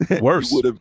Worse